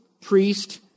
priest